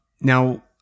Now